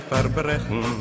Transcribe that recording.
Verbrechen